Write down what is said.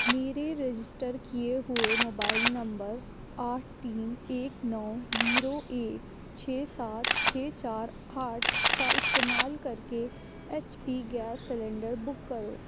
میرے رجسٹر کیے ہوئے موبائل نمبر آٹھ تین ایک نو زیرو ایک چھ سات چھ چار آٹھ کا استعمال کر کے H P gas cylinder book کرو